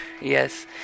Yes